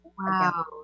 Wow